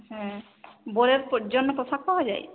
হ্যাঁ বউয়ের জন্য পোশাক পাওয়া যায়